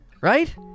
right